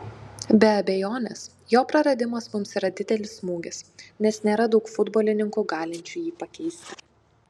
be abejonės jo praradimas mums yra didelis smūgis nes nėra daug futbolininkų galinčių jį pakeisti